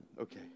Okay